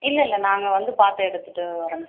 இல்லயில்ல நாங்கள் வந்து பார்த்து எடுத்துகிட்டு வரோம்